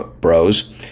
bros